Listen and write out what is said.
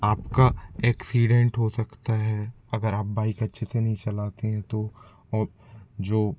आपका एक्सीडेंट हो सकता है अगर आप बाइक अच्छे से नहीं चलाते हैं तो और जो